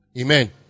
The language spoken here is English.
Amen